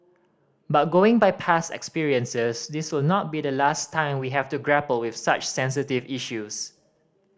but going by past experiences this will not be the last time we have to grapple with such sensitive issues